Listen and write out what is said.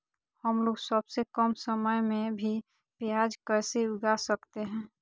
हमलोग सबसे कम समय में भी प्याज कैसे उगा सकते हैं?